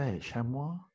chamois